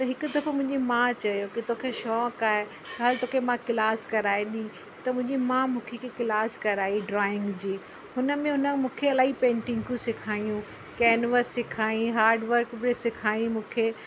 त हिकु दफ़ो मुंहिंजी माउ चयो की तोखे शौक़ु आहे हल तोखे मां क्लास कराए ॾियां त मुंहिंजी माउ मूंखे हिकु क्लास कराई ड्रॉइंग जी हुन में हुन मूंखे इलाही पेंटिगूं सिखायूं कैनवस सेखाईं हार्ड वर्क बि सेखाईं मूंखे